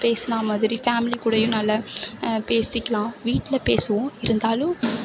பேசின மாதிரி ஃபேமிலி கூடேயும் நல்லா பேசிக்கலாம் வீட்டில் பேசுவோம் இருந்தாலும்